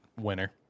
winner